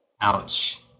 Ouch